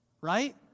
Right